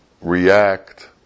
react